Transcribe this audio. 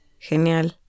Genial